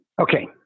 Okay